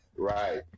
Right